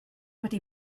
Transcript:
wedi